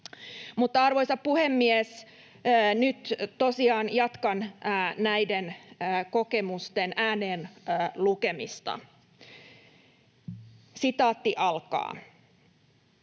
Arvoisa puhemies! Nyt tosiaan jatkan näiden kokemusten ääneen lukemista: ”Opiskelijana